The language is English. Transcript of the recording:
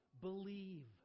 Believe